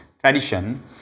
tradition